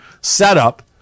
setup